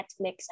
Netflix